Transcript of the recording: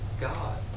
God